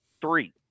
three